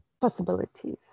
possibilities